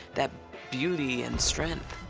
that beauty and strength.